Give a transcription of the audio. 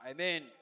Amen